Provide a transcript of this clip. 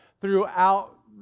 throughout